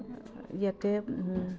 ইয়াতে